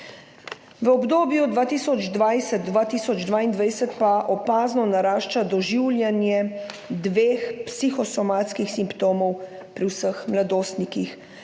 V obdobju 2020–2022 pa opazno narašča doživljanje dveh psihosomatskih simptomov pri vseh mladostnikih,